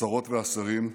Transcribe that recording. השרות והשרים,